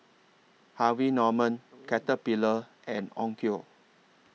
Harvey Norman Caterpillar and Onkyo